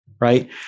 right